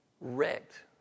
wrecked